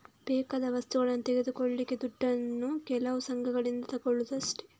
ಬೇಕಾದ ವಸ್ತುಗಳನ್ನ ತೆಗೆದುಕೊಳ್ಳಿಕ್ಕೆ ದುಡ್ಡನ್ನು ಕೆಲವು ಸಂಘಗಳಿಂದ ತಗೊಳ್ಳುದು ಅಷ್ಟೇ